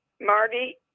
Marty